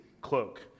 cloak